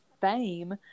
fame